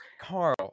Carl